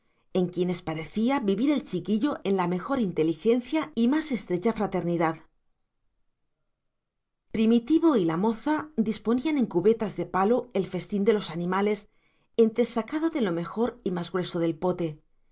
en quienes parecía vivir el chiquillo en la mejor inteligencia y más estrecha fraternidad primitivo y la moza disponían en cubetas de palo el festín de los animales entresacado de lo mejor y más grueso del pote